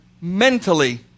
mentally